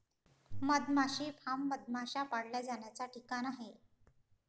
मधमाशी फार्म मधमाश्या पाळल्या जाण्याचा ठिकाण आहे